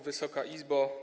Wysoka Izbo!